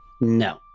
No